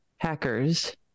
hackers